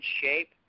shape